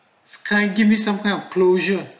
sky give me sometime of closure